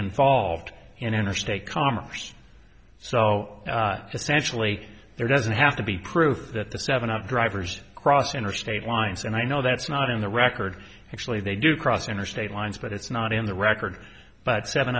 involved in interstate commerce so essentially there doesn't have to be proof that the seven of drivers cross interstate lines and i know that's not in the record actually they do cross interstate lines but it's not in the record but seven